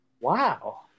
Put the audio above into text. Wow